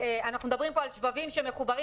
אנחנו מדברים כאן על שבבים שמחוברים